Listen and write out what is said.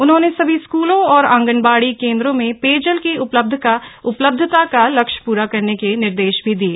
उन्होंने सभी स्कूलों एऔर आंगनबाड़ी केन्द्रों में पेयजल की उपलब्धता का लक्ष्य पूरा करने के निर्देश भी दिये